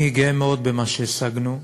אני גאה מאוד במה שהשגנו,